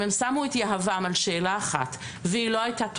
הם שמו את יהבם על שאלה אחת והיא לא הייתה טובה,